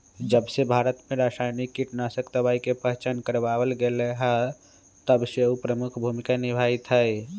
जबसे भारत में रसायनिक कीटनाशक दवाई के पहचान करावल गएल है तबसे उ प्रमुख भूमिका निभाई थई